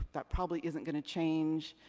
that probably isn't gonna change.